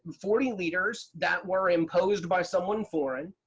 forty leaders that were imposed by someone foreign.